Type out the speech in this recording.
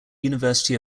university